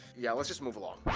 yeah, let's just move along.